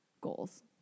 Goals